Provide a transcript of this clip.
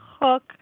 hook